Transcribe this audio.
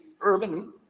urban